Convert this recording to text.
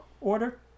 order